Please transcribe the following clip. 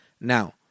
Now